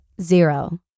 zero